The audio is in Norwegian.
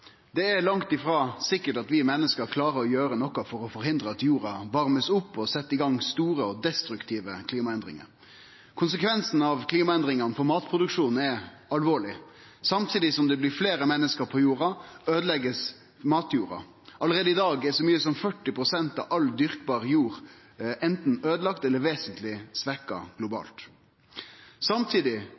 Det er langt frå sikkert at vi menneske klarer å gjere noko for å forhindre at jorda blir varma opp, og at det blir sett i gang store og destruktive klimaendringar. Konsekvensen av klimaendringane er alvorleg for matproduksjonen. Samtidig som det blir fleire menneske på jorda, blir matjorda øydelagd. Allereie i dag er så mykje som 40 pst. av all dyrkbar jord globalt anten øydelagd eller vesentleg